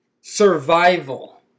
Survival